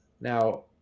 now